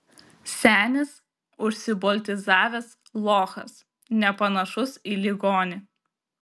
senis užsiboltizavęs lochas nepanašus į ligonį